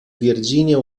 virginia